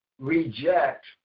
Reject